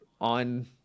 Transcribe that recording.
on –